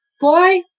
boy